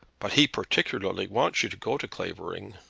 but he particularly wants you to go to clavering.